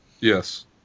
Yes